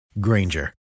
Granger